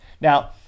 now